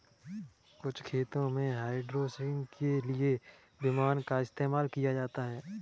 कुछ खेतों में हाइड्रोसीडिंग के लिए कृषि विमान का इस्तेमाल किया जाता है